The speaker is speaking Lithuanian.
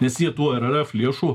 nes jie tų r r f lėšų